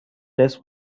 desk